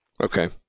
Okay